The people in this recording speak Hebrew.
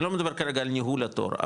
אני לא מדבר כרגע על ניהול התור,